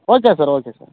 okay sir okay sir